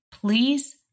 Please